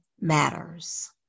matters